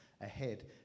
ahead